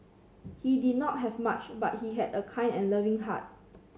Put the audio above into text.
he did not have much but he had a kind and loving heart